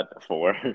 Four